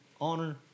honor